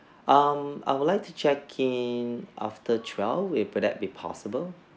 um I would like to check in after twelve if will that be possible